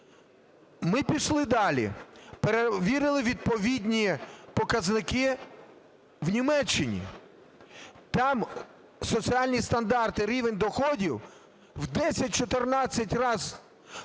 Ми пішли далі. Перевірили відповідні показники в Німеччині. Там соціальні стандарти рівень доходів в 10-14 раз